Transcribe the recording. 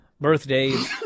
Birthdays